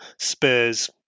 Spurs